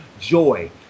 joy